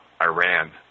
Iran